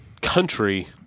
country